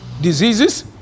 diseases